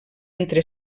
entre